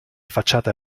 facciata